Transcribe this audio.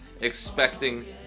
expecting